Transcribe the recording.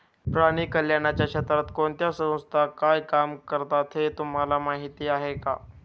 प्राणी कल्याणाच्या क्षेत्रात कोणत्या संस्था काय काम करतात हे तुम्हाला माहीत आहे का?